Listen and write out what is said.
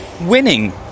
winning